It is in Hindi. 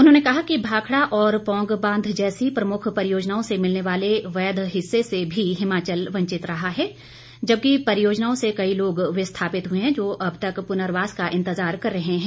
उन्होंने कहा कि भांखडा और पौंग बांध जैसी प्रमुख परियोजनओं से मिलने वाले वैध हिस्से से भी हिमाचल वंचित रहा है जबकि परियोजनाओं से कई लोग विस्थापित हुए हैं जो अब तक पुनर्वास का इंतजार कर रहे हैं